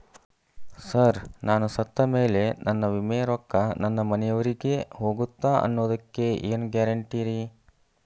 Sir ನಾನು ಸತ್ತಮೇಲೆ ನನ್ನ ವಿಮೆ ರೊಕ್ಕಾ ನನ್ನ ಮನೆಯವರಿಗಿ ಹೋಗುತ್ತಾ ಅನ್ನೊದಕ್ಕೆ ಏನ್ ಗ್ಯಾರಂಟಿ ರೇ?